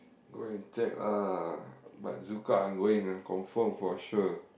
go and check ah but ZoukOut I'm going ah confirm for sure